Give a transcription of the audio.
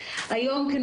והיום זה לא